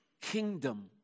kingdom